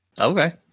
Okay